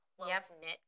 close-knit